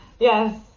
Yes